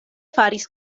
faris